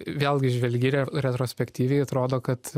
vėlgi žvelgi retrospektyviai atrodo kad